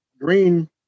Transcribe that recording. Green